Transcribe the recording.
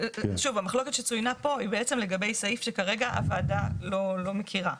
המחלוקת שצוינה פה היא בעצם לגבי סעיף שכרגע הוועדה לא מכירה.